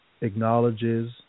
acknowledges